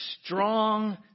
strong